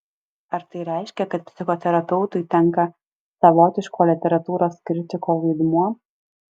ar tai reiškia kad psichoterapeutui tenka savotiško literatūros kritiko vaidmuo